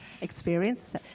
experience